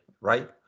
right